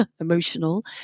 emotional